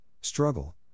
struggle